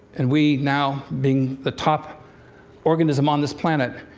and we now, being the top organism on this planet,